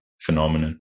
phenomenon